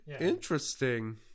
interesting